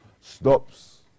stops